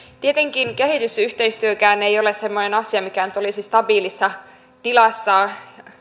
tietenkään kehitysyhteistyökään ei ole semmoinen asia mikä nyt olisi stabiilissa tilassa